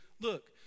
Look